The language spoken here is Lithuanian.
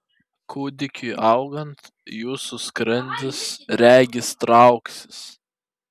kūdikiui augant jūsų skrandis regis trauksis